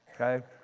okay